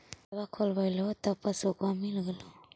खतवा खोलैलहो तव पसबुकवा मिल गेलो?